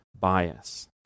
bias